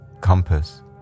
compass